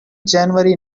january